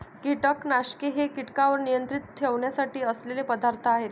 कीटकनाशके हे कीटकांवर नियंत्रण ठेवण्यासाठी असलेले पदार्थ आहेत